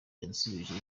yansubije